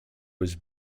was